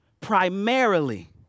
primarily